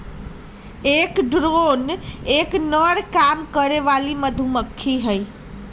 एक ड्रोन एक नर काम करे वाली मधुमक्खी हई